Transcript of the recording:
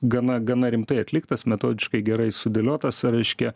gana gana rimtai atliktas metodiškai gerai sudėliotas reiškia